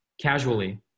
casually